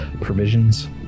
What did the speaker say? provisions